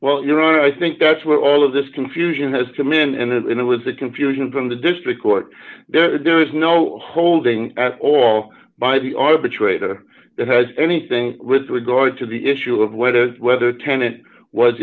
are i think that's where all of this confusion has come in and it was a confusion from the district court there is no holding at all by the arbitrator that has anything with regard to the issue of whether whether tenet was